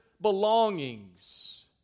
belongings